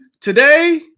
today